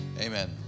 amen